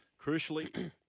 Crucially